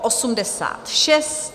86.